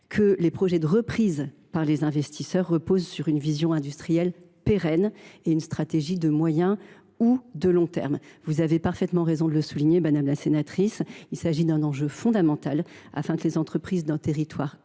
que les projets de reprise par des investisseurs reposent sur une vision industrielle pérenne et une stratégie de moyen ou long terme. Vous avez parfaitement raison de le souligner, madame la sénatrice, il s’agit d’un enjeu fondamental pour que les entreprises d’un territoire